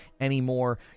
anymore